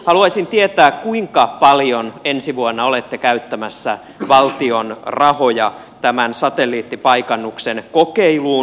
haluaisin tietää kuinka paljon ensi vuonna olette käyttämässä valtion rahoja tämän satelliittipaikannuksen kokeiluun